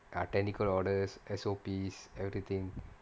uh technical orders S_O_Ps everything